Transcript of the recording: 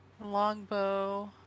Longbow